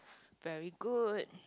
very good